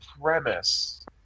premise